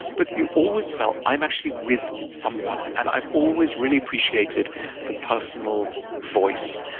but you always felt, i'm actually with someone. and i've always really appreciated the personal voice.